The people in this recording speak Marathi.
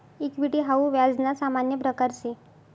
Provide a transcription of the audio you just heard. इक्विटी हाऊ व्याज ना सामान्य प्रकारसे